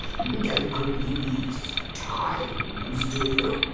you don't call these, times, do you?